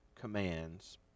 commands